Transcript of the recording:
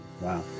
Wow